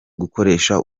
gukoresha